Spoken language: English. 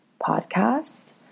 podcast